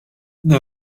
the